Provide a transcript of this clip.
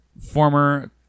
former